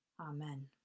amen